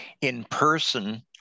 in-person